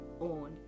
own